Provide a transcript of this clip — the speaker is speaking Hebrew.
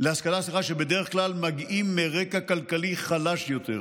שבדרך כלל מגיעים מרקע כלכלי חלש יותר.